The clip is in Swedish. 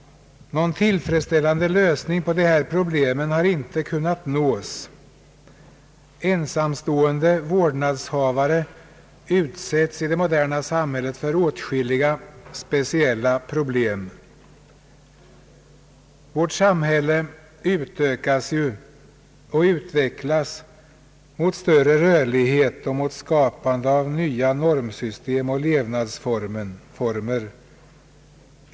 Någon tillfredsställande lösning på detta problem har inte kunnat uppnås. Ensamstående vårdnadshavare utsätts i det moderna samhället för åtskilliga speciella problem. Vårt samhälle utökas och utvecklas mot större rörlig het och mot skapande av nya normsystem och levnadsformer.